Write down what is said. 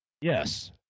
Yes